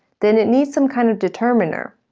then it needs some kind of determiner,